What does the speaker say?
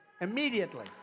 immediately